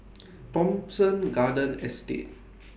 Thomson Garden Estate